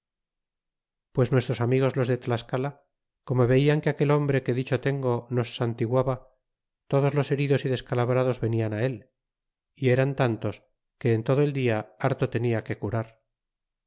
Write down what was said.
pues nuestros amigos los de tlascala como veian que aquel hombre que dicho tengo nos santiguaba todos los heridos y descalabrados venian el y eran tantos que en todo el dia harto tenia que curar